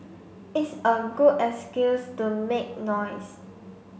it's a good excuse to make noise